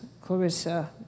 Clarissa